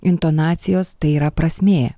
intonacijos tai yra prasmė